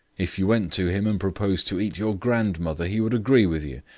if you went to him and proposed to eat your grandmother, he would agree with you,